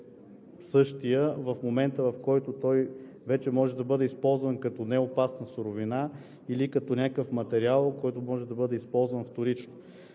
същият в момента, в който той вече може да бъде използван като неопасна суровина или като някакъв материал, който може да бъде използван вторично.